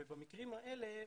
במקרים האלה,